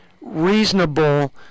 reasonable